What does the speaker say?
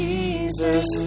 Jesus